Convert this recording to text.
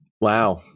Wow